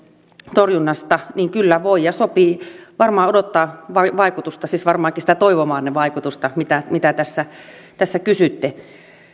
torjunnasta niin kyllä voi ja sopii varmaan odottaa vaikutusta siis varmaankin sitä toivomaanne vaikutusta mitä mitä tässä tässä kysyitte